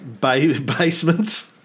basement